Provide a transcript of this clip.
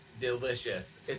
delicious